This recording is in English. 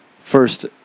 first